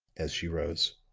as she rose.